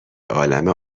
عالمه